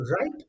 right